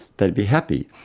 they'd be happy.